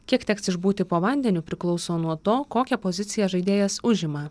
kiek teks išbūti po vandeniu priklauso nuo to kokią poziciją žaidėjas užima